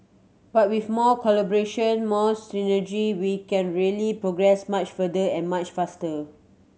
but with more collaboration more synergy we can really progress much further and much faster